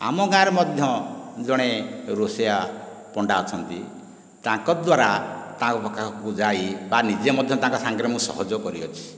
ଆମ ଗାଁରେ ମଧ୍ୟ ଜଣେ ରୋଷେଇଆ ପଣ୍ଡା ଅଛନ୍ତି ତାଙ୍କ ଦ୍ୱାରା ତାଙ୍କ ପାଖକୁ ଯାଇ ବା ନିଜେ ମଧ୍ୟ ତାଙ୍କ ସାଙ୍ଗରେ ମୁଁ ସହଯୋଗ କରିଅଛି